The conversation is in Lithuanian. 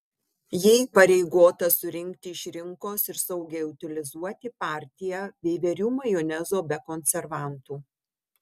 ji įpareigota surinkti iš rinkos ir saugiai utilizuoti partiją veiverių majonezo be konservantų